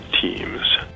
teams